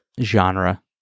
genre